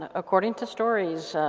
ah according to stories